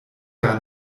gar